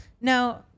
No